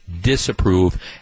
disapprove